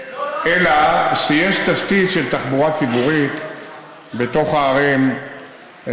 אלא שיש תשתית של תחבורה ציבורית בתוך הערים,